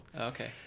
Okay